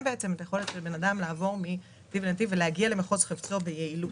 את היכולת של האדם לעבור מנתיב לנתיב ולהגיע למחוז חפצו ביעילות.